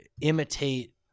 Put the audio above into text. imitate